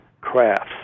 crafts